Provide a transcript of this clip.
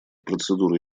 процедур